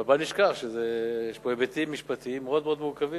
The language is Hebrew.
אבל בל נשכח שיש פה היבטים משפטיים מאוד מאוד מורכבים,